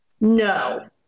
No